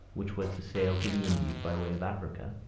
which was to sail to the indies by way of africa,